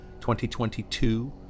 2022